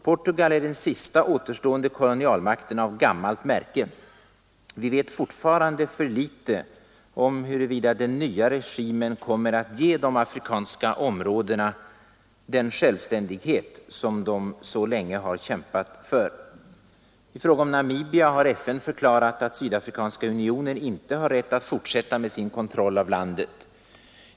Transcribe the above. Portugal är den sista återstående kolonialmakten av gammalt märke. Vi vet fortfarande för litet om huruvida den nya regimen kommer att ge de afrikanska områdena den självständighet som de så länge har kämpat för. I fråga om Namibia har FN förklarat att Sydafrikanska unionen inte har rätt att fortsätta med sin kontroll av landet.